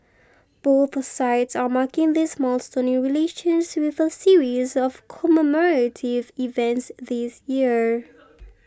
both sides are marking this milestone in relations with a series of commemorative events this year